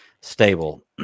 stable